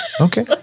Okay